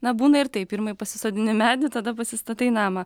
na būna ir taip pirmai pasisodini medį tada pasistatai namą